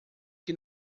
que